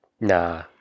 Nah